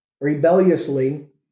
rebelliously